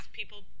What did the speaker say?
people